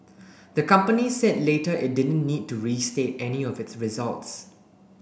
the company said later it didn't need to restate any of its results